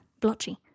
Blotchy